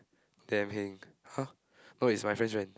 damn heng !huh! no wait it's my friend's friend